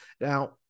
Now